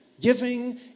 Giving